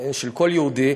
של כל יהודי.